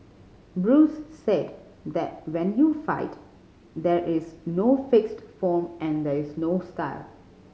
Bruce said that when you fight there is no fixed form and there is no style